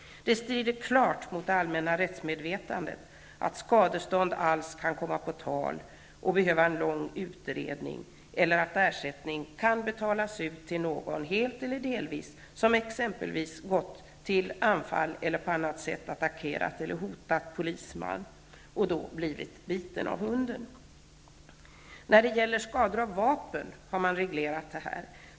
Det strider klart mot det allmänna rättsmedvetandet att skadestånd alls kan komma på tal och behöva lång utredning eller att ersättning kan betalas ut till någon, helt eller delvis, som exempelvis gått till anfall eller på annat sätt attackerat eller hotat polisman och då blivit biten av hunden. När det gäller skador av vapen har man reglerat det här.